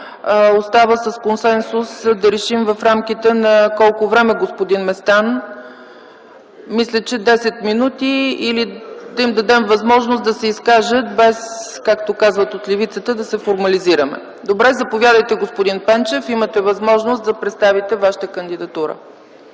Остава с консенсус да решим в рамките на колко време, господин Местан. Мисля, че 10 минути или да им дадем възможност да се изкажат без, както казват от левицата, да се формализираме? Заповядайте, господин Пенчев, имате възможност да представите Вашата кандидатура.